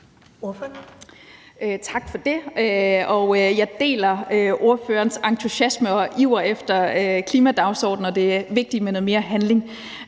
Tak for det. Jeg deler ordførerens entusiasme for og iver efter klimadagsordenen, og det er vigtigt med noget mere handling.